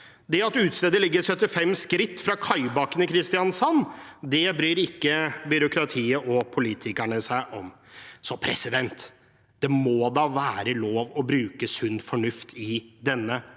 Det at utestedet ligger 75 skritt fra Kaibakken i Kristiansand, bryr ikke byråkratiet og politikerne seg om. Det må da være lov å bruke sunn fornuft i denne